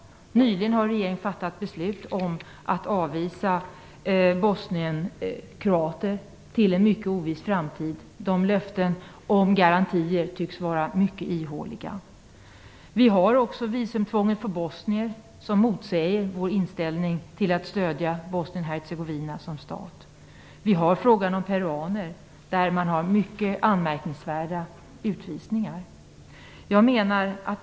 Nyligen har regeringen fattat beslut om att avvisa bosnien-kroater till en mycket oviss framtid. Löftena om garantier tycks vara mycket ihåliga. Vi har också visumtvång för bosnier, vilket motsäger vår inställning till att stödja Bosnien Hercegovina som stat. Vi har frågan om peruaner, där det görs mycket anmärkningsvärda utvisningar.